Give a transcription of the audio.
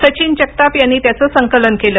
सचिन जगताप यांनी त्याचं संकलन केलं